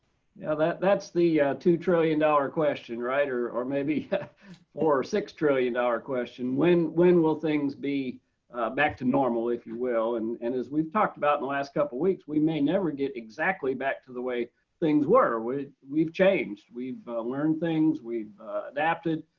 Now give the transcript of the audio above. know that that's the two trillion dollar question right, or or maybe or six trillion ah dollar question. when when will things be back to normal if you will and and as we've talked about in the last couple weeks, we may never get exactly back to the way things were. we've changed we've learned things we've adapted,